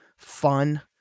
Fun